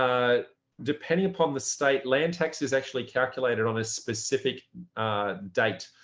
depending upon the state, land tax is actually calculated on a specific date.